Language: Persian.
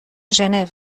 ژنو